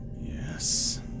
Yes